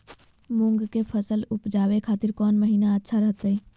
मूंग के फसल उवजावे खातिर कौन महीना अच्छा रहतय?